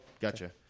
gotcha